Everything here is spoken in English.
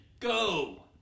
Go